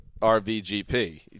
RVGP